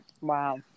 Wow